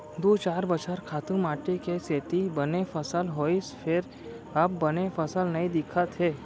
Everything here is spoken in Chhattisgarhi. दू चार बछर खातू माटी के सेती बने फसल होइस फेर अब बने फसल नइ दिखत हे